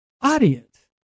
audience